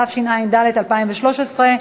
התשע"ד 2013,